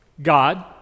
God